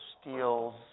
steals